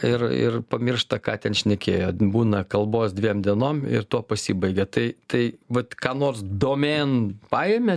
ir ir pamiršta ką ten šnekėjo būna kalbos dviem dienom ir tuo pasibaigia tai tai vat ką nors domėn paėmėt